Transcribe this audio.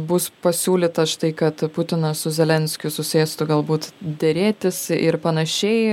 bus pasiūlyta štai kad putinas su zelenskiu susėstų galbūt derėtis ir panašiai